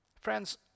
Friends